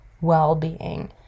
well-being